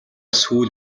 сүүл